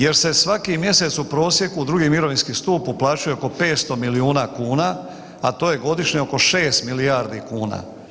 Jer se svaki mjesec u prosjeku u drugi mirovinski stup uplaćuje oko 500 milijuna kuna, a to je godišnje oko 6 milijardi kuna.